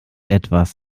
etwas